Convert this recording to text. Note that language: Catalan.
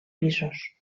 pisos